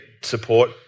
support